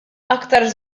aktar